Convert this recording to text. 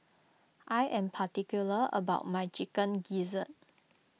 I am particular about my Chicken Gizzard